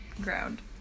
ground